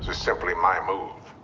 simply my move.